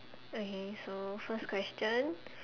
okay so first question